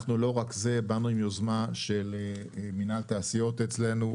לא רק זה, באנו עם יוזמה של מינהל תעשיות אצלנו.